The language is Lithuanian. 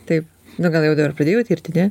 taip na gal jau dabar pradėjo tirti ne